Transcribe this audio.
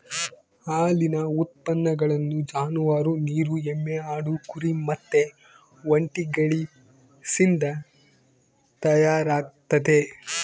ಹಾಲಿನ ಉತ್ಪನ್ನಗಳು ಜಾನುವಾರು, ನೀರು ಎಮ್ಮೆ, ಆಡು, ಕುರಿ ಮತ್ತೆ ಒಂಟೆಗಳಿಸಿಂದ ತಯಾರಾಗ್ತತೆ